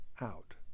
out